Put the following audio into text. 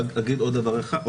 אגיד עוד דבר אחד.